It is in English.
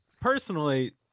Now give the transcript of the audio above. personally